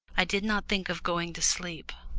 i did not think of going to sleep.